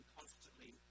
constantly